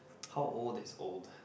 how old that's old